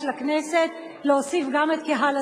חבר הכנסת אורלב דואג,